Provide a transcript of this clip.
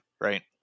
Right